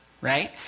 Right